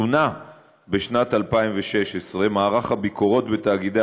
שונה בשנת 2016 מערך הביקורות בתאגידי